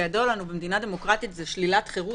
הוא שאנשים יושבים במאסר שכידוע לנו שזו שלילת החירות